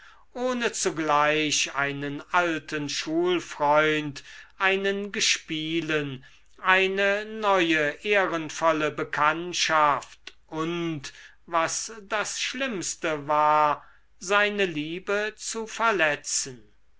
ohne zugleich einen alten schulfreund einen gespielen eine neue ehrenvolle bekanntschaft und was das schlimmste war seine liebe zu verletzen